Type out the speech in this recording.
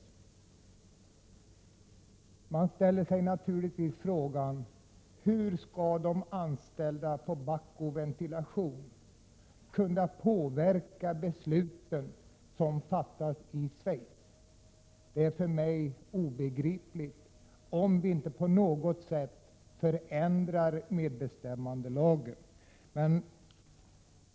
Man ställer sig naturligtvis frågan: Hur skall de anställda på Bahco Ventilation kunna påverka de beslut som fattas i Schweiz? Det är för mig obegripligt, om vi inte på något sätt förändrar medbestämmandelagen.